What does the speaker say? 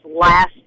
last